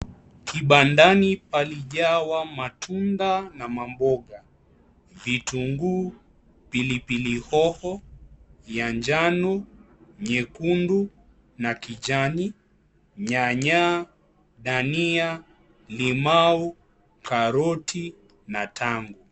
Kibandani palijawa matunda na mamboga. Vitunguu, pilipili hoho ya njano, nyekundu na kijani, nyanya, dania, limau, karoti na tango.